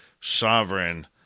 Sovereign